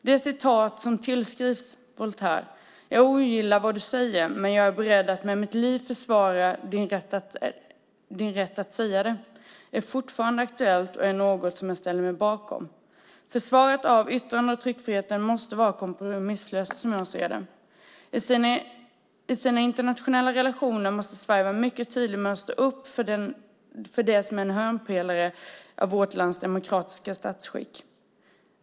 Det citat som tillskrivs Voltaire - att jag ogillar vad du säger, men jag är beredd att med mitt liv försvara din rätt att säga det - är fortfarande aktuellt och något som jag ställer mig bakom. Försvaret av yttrande och tryckfriheten måste vara kompromisslöst. I sina internationella relationer måste Sverige vara mycket tydligt med att stå upp för det som är en hörnpelare i vårt lands demokratiska statsskick.